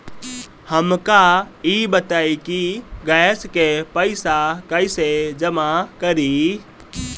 हमका ई बताई कि गैस के पइसा कईसे जमा करी?